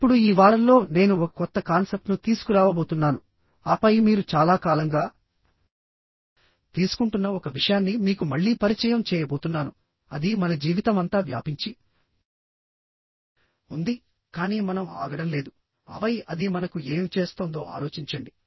ఇప్పుడు ఈ వారంలో నేను ఒక కొత్త కాన్సెప్ట్ను తీసుకురావబోతున్నాను ఆపై మీరు చాలా కాలంగా తీసుకుంటున్న ఒక విషయాన్ని మీకు మళ్లీ పరిచయం చేయబోతున్నాను అది మన జీవితమంతా వ్యాపించి ఉంది కానీ మనం ఆగడం లేదు ఆపై అది మనకు ఏమి చేస్తోందో ఆలోచించండి